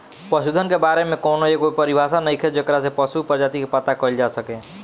पशुधन के बारे में कौनो एगो परिभाषा नइखे जेकरा से पशु प्रजाति के पता कईल जा सके